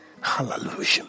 Hallelujah